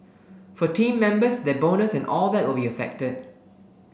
for team members their bonus and all that will be affected